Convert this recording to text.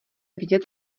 vidět